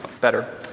better